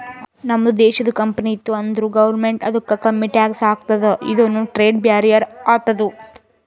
ನಮ್ದು ದೇಶದು ಕಂಪನಿ ಇತ್ತು ಅಂದುರ್ ಗೌರ್ಮೆಂಟ್ ಅದುಕ್ಕ ಕಮ್ಮಿ ಟ್ಯಾಕ್ಸ್ ಹಾಕ್ತುದ ಇದುನು ಟ್ರೇಡ್ ಬ್ಯಾರಿಯರ್ ಆತ್ತುದ